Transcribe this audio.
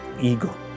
ego